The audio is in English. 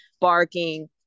barking